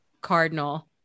cardinal